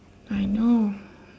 I know